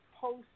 post